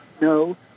no